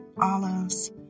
olives